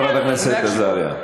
חברת הכנסת עזריה.